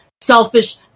selfish